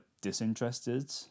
disinterested